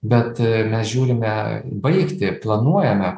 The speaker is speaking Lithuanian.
bet mes žiūrime baigtį planuojame